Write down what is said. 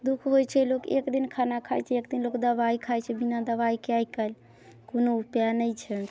दुःख होइ छै लोक एक दिन खाना खाइ छै एक दिन लोक दबाइ खाइ छै बिना दबाइके आइ काल्हि कोनो उपाय नहि छै